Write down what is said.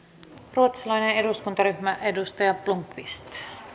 ruotsalainen eduskuntaryhmä edustaja blomqvist